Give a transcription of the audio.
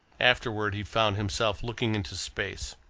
afterwards he found himself looking into space.